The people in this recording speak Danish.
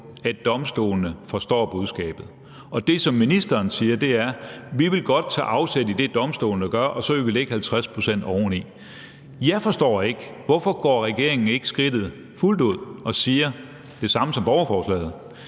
at domstolene forstår budskabet. Og det, som ministeren siger, er: Vi vil godt tage afsæt i det, domstolene gør, og så vil vi lægge 50 pct. oveni. Jeg forstår ikke, hvorfor regeringen ikke tager skridtet fuldt ud og siger det samme som borgerforslaget,